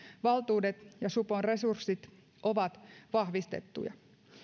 valtuudet ja supon resurssit ovat vahvistettuja